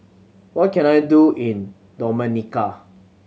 what can I do in Dominica